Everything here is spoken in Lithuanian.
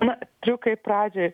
na triukai pradžioj